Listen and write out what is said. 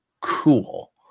cool